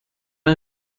این